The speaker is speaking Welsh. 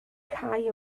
cau